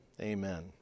Amen